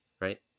right